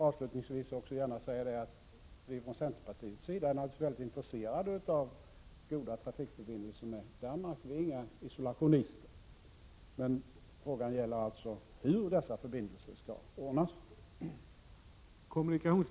Avslutningsvis vill jag säga att vi från centerpartiet är intresserade av goda trafikförbindelser med Danmark. Vi är inga isolationister. Men frågan gäller hur dessa förbindelser skall ordnas.